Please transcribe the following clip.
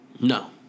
No